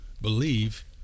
Believe